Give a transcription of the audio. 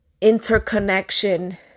interconnection